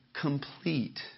complete